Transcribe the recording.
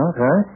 Okay